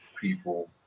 people